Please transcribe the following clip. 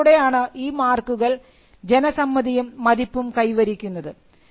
ഉപയോഗത്തിലൂയാണ് ഈ മാർക്കുകൾ ജനസമ്മതിയും മതിപ്പും കൈവരിക്കുന്നത്